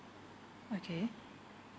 okay